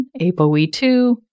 ApoE2